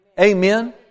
Amen